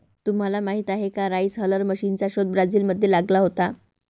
तुम्हाला माहीत आहे का राइस हलर मशीनचा शोध ब्राझील मध्ये लागला होता